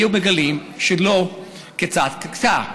היו מגלים שלא כצעקתה.